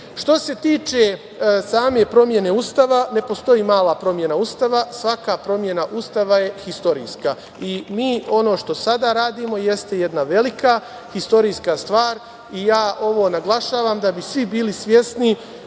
se tiče same promene Ustava, ne postoji mala promena Ustava. Svaka promena Ustava je istorijska. Mi ono što sada radimo jeste jedna velika istorijska stvar i ja ovo naglašavam da bi svi bili svesni